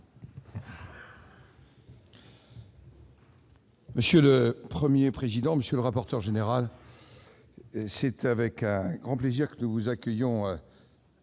Monsieur le Premier président, monsieur le rapporteur général, c'est avec un grand plaisir que nous vous accueillons